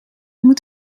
moet